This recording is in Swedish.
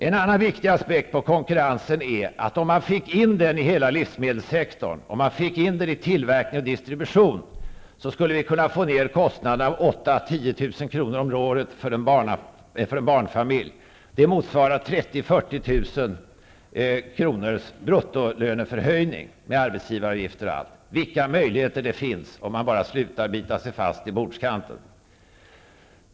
En annan viktig aspekt på konkurrensen är, att om den fanns med i hela livsmedelssektorn, tillverkningen och distributionen, skulle kostnaderna kunna sänkas med 8 000--10 000 kr om året för en barnfamilj. Det motsvarar 30 000-- 40 000 kr. brutto i löneförhöjning, med arbetsgivaravgifter och allt. Vilka möjligheter det finns, om man bara slutar att bita sig fast i bordskanten!